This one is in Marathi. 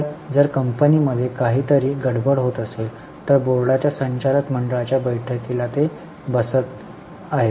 तर जर कंपनीमध्ये काहीतरी गडबड होत असेल तर बोर्डच्या संचालक मंडळाच्या बैठकीला ते बसत आहेत